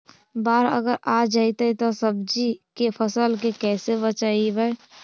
बाढ़ अगर आ जैतै त सब्जी के फ़सल के कैसे बचइबै?